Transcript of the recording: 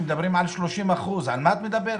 שמדברים על 30%. על מה את מדברת.